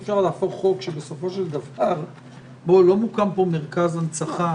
בסופו של דבר לא מוקם פה מרכז הנצחה